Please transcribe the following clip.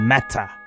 Matter